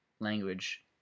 language